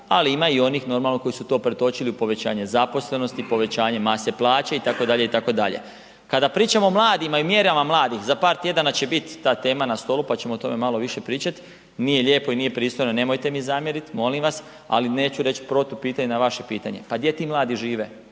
ali ima i onih normalno koji su to pretočili u povećanje zaposlenosti, povećanje mase plaće itd., itd. Kada pričamo o mladima i mjerama mladih, za par tjedana će bit ta tema na stolu, pa ćemo o tome malo više pričat, nije lijepo i nije pristojno, nemojte mi zamjerit molim vas, ali neću reć protupitanje na vaše pitanje, pa gdje ti mladi žive,